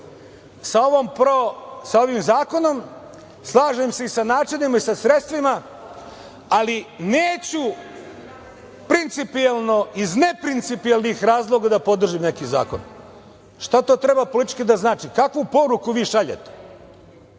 sa ovim zakonom, slažem se i sa načinima i sa sredstvima, ali neću principijalno iz neprincipijalnih razloga da podržim neki zakon. Šta to treba politički da znači? Kakvu poruku vi šaljete?